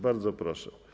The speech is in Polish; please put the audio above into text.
Bardzo proszę.